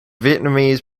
vietnamese